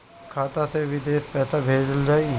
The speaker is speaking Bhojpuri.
खाता से विदेश पैसा कैसे भेजल जाई?